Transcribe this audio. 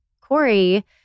Corey